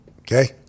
Okay